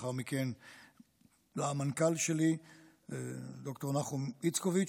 ולאחר מכן למנכ"ל שלי ד"ר נחום איצקוביץ',